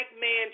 man